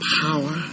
power